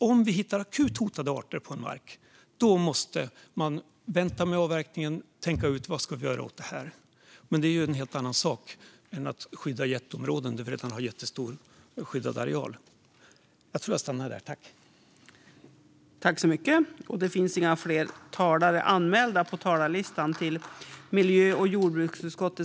Om man hittar akut hotade arter på en mark måste man naturligtvis vänta med avverkningen och tänka ut vad man ska göra åt det. Men det är en helt annan sak än att skydda jätteområden där vi redan har jättestor och skyddad areal. God jul till er alla - till riksdagens kansli, till MJU:s kansli och till alla kollegor!